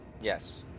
yes